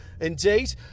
indeed